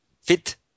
fit